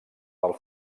del